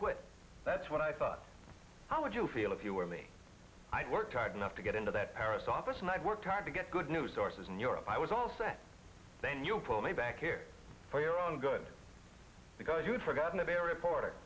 quit that's what i thought how would you feel if you were me i'd worked hard enough to get into that paris office and i worked hard to get good news sources in europe i was all set then you'll pull me back here for your own good because you've forgotten of a reporter